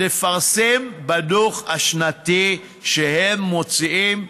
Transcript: לפרסם בדוח השנתי שהם מוציאים,